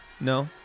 No